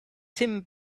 tim